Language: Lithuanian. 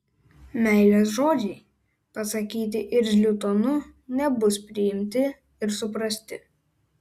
meilės žodžiai pasakyti irzliu tonu nebus priimti ir suprasti